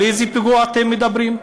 על איזה פיגוע אתם מדברים?